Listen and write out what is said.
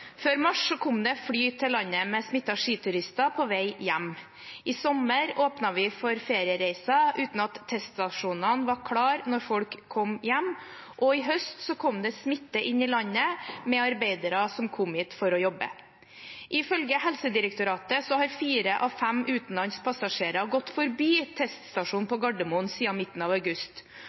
Før mars kom det fly til landet med smittede skiturister på vei hjem. I sommer åpnet vi for feriereiser uten at teststasjonene var klare når folk kom hjem, og i høst kom det smitte inn i landet med arbeidere som kom hit for å jobbe. Ifølge Helsedirektoratet har fire av fem utenlandspassasjerer gått forbi teststasjonen på Gardermoen siden midten av august,